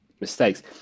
mistakes